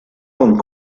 hong